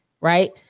right